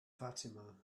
fatima